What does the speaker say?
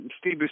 Steve